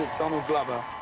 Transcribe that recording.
donald glover.